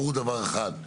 ברור דבר אחד,